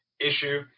issue